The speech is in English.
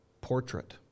portrait